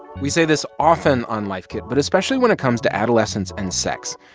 we say this often on life kit. but especially when it comes to adolescents and sex,